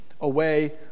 away